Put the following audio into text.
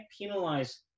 penalize